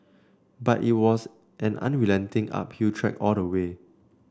but it was an unrelenting uphill trek all the way